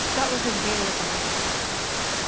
that was his media buying process.